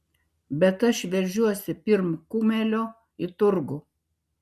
bet aš veržiuosi pirm kumelio į turgų